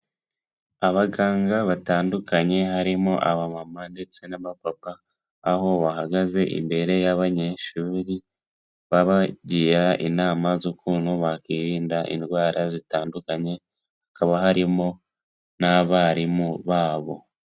Abaganga batandukanye harimo aba mama ndetse n'abapapa aho bahagaze imbere y'abanyeshuri babagira inama z'ukuntu bakwirinda indwara zitandukanye hakaba harimo n'abarimu babo.